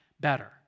better